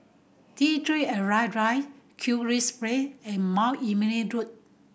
T Three Arrival Drive and Mount Emily Road